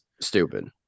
Stupid